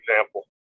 example